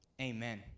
amen